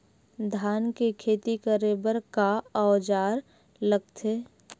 धान के खेती करे बर का औजार लगथे?